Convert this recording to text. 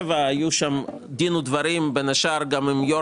שבע היה דין ודברים בין השאר גם עם יושב